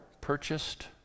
purchased